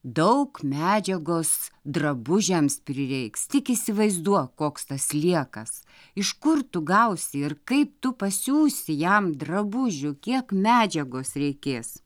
daug medžiagos drabužiams prireiks tik įsivaizduok koks tas sliekas iš kur tu gausi ir kaip tu pasiųsi jam drabužių kiek medžiagos reikės